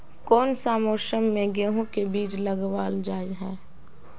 कोन सा मौसम में गेंहू के बीज लगावल जाय है